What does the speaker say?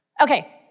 Okay